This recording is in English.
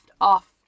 off